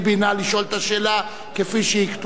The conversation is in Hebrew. נא לשאול את השאלה כפי שהיא כתובה.